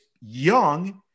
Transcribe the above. young